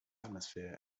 atmosphere